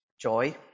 joy